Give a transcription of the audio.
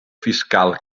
fiscal